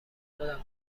خودم